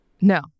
No